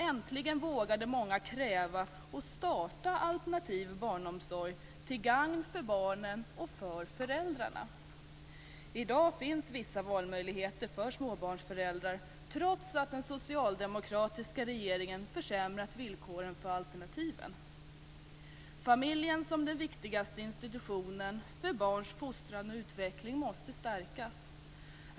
Äntligen vågade många kräva och starta alternativ barnomsorg till gagn för barnen och för föräldrarna. I dag finns vissa valmöjligheter för småbarnsföräldrar, trots att den socialdemokratiska regeringen försämrat villkoren för alternativen. Familjen som den viktigaste institutionen för barns fostran och utveckling måste stärkas.